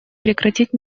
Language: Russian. прекратить